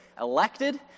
elected